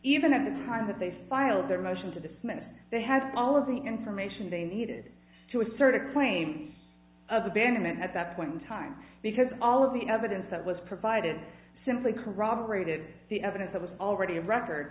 even at the time that they filed their motion to dismiss they had all of the information they needed to assert a claim of abandonment at that point in time because all of the evidence that was provided simply corroborated the evidence that was already a record